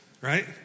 right